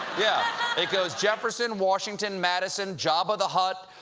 yeah it goes jefferson, washington, madison, jabba the hutt,